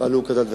יפעלו כדת וכדין.